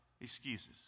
excuses